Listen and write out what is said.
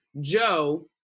Joe